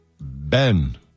Ben